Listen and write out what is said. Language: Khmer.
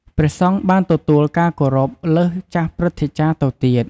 ព្រះសង្ឃបានទទួលការគោរព លើសចាស់ព្រឹទ្ធាចារ្យទៅទៀត។